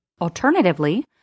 Alternatively